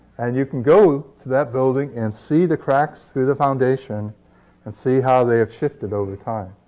and you can go to that building and see the cracks through the foundation and see how they have shifted over time.